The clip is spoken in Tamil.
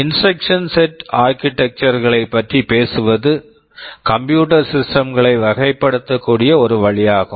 instruction set architectures instruction set architectures களைப் பற்றி பேசுவது கம்ப்யூட்டர் சிஸ்டம்ஸ் computer systems களை வகைப்படுத்தக்கூடிய ஒரு வழியாகும்